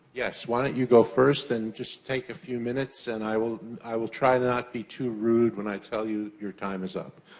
yes, why don't you go first? and just take a few minutes, and i will i will try not to be too rude when i tell you your time is up.